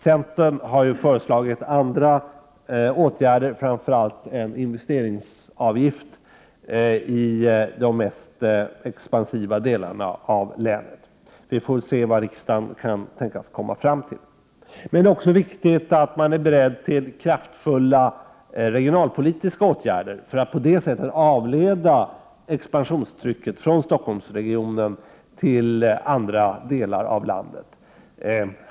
Centern har föreslagit andra åtgärder, främst en investeringsavgift i de mest expansiva delarna av länet. Vi får se vad riksdagen kan tänkas komma fram till. Det är emellertid också viktigt att man är beredd att vidta kraftfulla regionalpolitiska åtgärder för att på det viset avleda expansionstrycket från Stockholmsregionen till andra delar av landet.